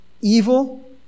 evil